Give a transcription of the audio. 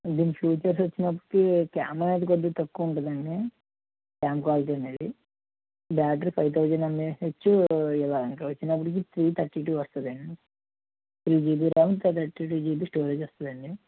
దీని ఫీచర్స్ వచ్చినప్పటికీ కెమెరా అది కొంచెం తక్కువ ఉంటుందండి క్యాం క్వాలిటీ అనేది బాటరీ ఫైవ్ థౌజండ్ ఎంఏహెచ్ ఇలా వచ్చినప్పటికి త్రీ థర్టీ టూ వస్తుందండి three GB RAM thirty two GB storage వస్తుందండి